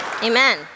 Amen